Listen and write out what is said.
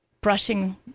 brushing